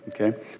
okay